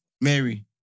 Mary